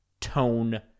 tone